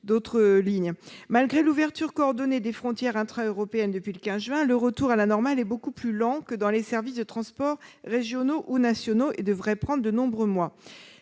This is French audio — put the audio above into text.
sont concernés. Malgré l'ouverture coordonnée des frontières intraeuropéennes depuis le 15 juin, le retour à la normale est beaucoup plus lent sur ces lignes que pour les services de transport régionaux ou nationaux ; il devrait prendre encore de nombreux mois.